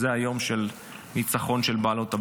זה יום הניצחון של בעלות הברית.